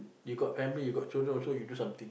you got family you got children also you do something